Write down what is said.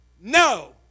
No